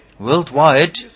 Worldwide